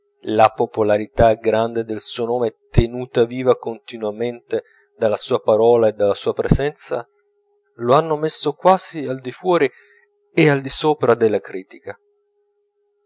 la popolarità grande del suo nome tenuta viva continuamente dalla sua parola e dalla sua presenza lo hanno messo quasi al di fuori e al di sopra della critica